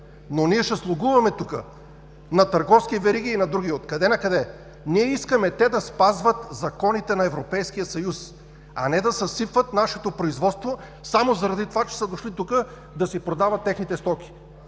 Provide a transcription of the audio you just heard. но ние ще слугуваме тук на търговски вериги и на други. Откъде-накъде? Ние искаме те да спазват законите на Европейския съюз, а не да съсипват нашето производство само заради това, че са дошли тук да си продават техните стоки.